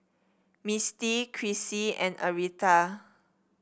Misty Krissy and Aretha